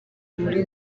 muri